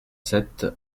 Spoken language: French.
sept